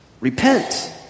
repent